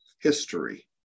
history